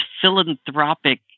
philanthropic